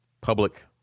public